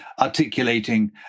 articulating